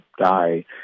die